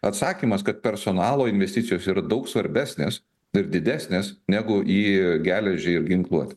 atsakymas kad personalo investicijos yra daug svarbesnės ir didesnės negu į geležį ir ginkluotę